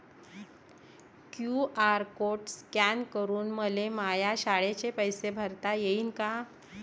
QR code scan करून मले माया शाळेचे पैसे भरता येईन का?